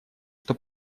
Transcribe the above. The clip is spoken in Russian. что